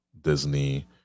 Disney